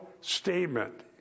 statement